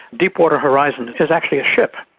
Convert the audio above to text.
deepwater horizon is actually a ship.